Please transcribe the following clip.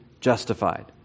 justified